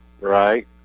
Right